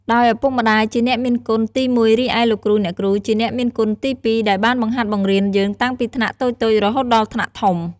ដោយឪពុកម្តាយជាអ្នកមានគុណទីមួយរីឯលោកគ្រូ អ្នកគ្រូជាអ្នកមានគុណទីពីរដែលបានបង្ហាត់បង្រៀនយើងតាំងពីថ្នាក់តូចៗរហូតដល់ថ្នាក់ធំ។